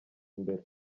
imbere